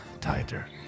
Tighter